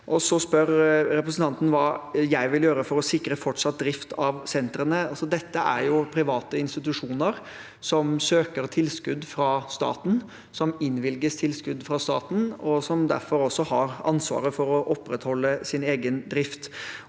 Så spør representanten om hva jeg vil gjøre for å sikre fortsatt drift av sentrene. Dette er private institusjoner som søker tilskudd fra staten, som innvilges tilskudd fra staten, og som derfor også har ansvaret for å opprettholde sin egen drift.